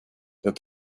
that